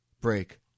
Break